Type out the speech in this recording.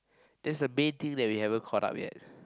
that's the main thing that you haven't caught up yet